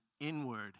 inward